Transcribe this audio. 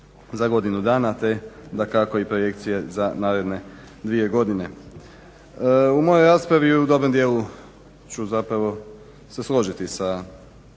za godinu dana te dakako i projekcije za naredne dvije godine. U mojoj raspravi u dobrom dijelu ću se složiti sa